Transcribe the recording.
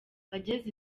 ageze